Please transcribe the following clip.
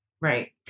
Right